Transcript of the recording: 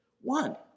One